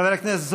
חבר הכנסת זוהר,